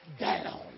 down